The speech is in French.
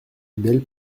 belle